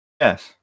Yes